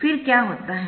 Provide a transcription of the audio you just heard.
फिर क्या होता है